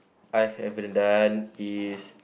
I've ever done is